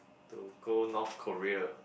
to go North Korea